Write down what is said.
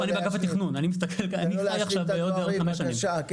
אני מאגף התכנון, אני מסתכל קדימה לעוד הרבה שנים.